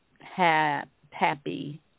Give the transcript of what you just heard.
happy